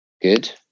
good